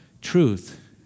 truth